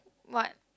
what